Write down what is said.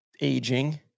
aging